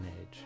age